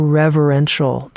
reverential